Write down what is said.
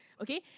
Okay